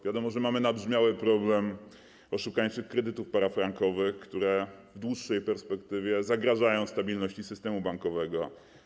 Wiadomo, że mamy nabrzmiały problem oszukańczych kredytów parafrankowych, które w dłuższej perspektywie zagrażają stabilności systemu bankowego.